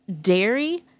dairy